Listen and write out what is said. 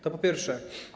To po pierwsze.